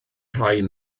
rhain